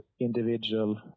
individual